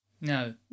No